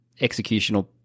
executional